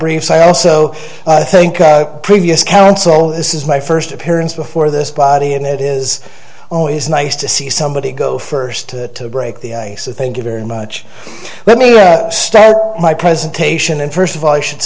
briefs i also thank previous counsel this is my first appearance before this body and it is always nice to see somebody go first to break the ice i thank you very much let me stand my presentation and first of all i should